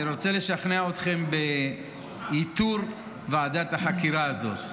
אני רוצה לשכנע אתכם בייתור ועדת החקירה הזאת.